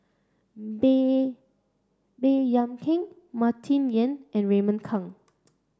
Baey Baey Yam Keng Martin Yan and Raymond Kang